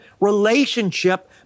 relationship